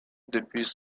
depuis